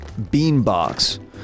Beanbox